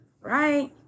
right